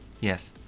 Yes